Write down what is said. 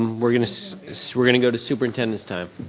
we're gonna so we're gonna go to superintendent's time.